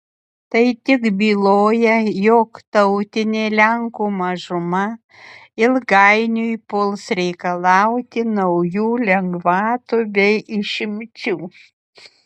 tai tik byloja jog tautinė lenkų mažuma ilgainiui puls reikalauti naujų lengvatų bei išimčių